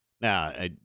Now